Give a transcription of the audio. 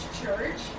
church